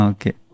Okay